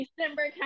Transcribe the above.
December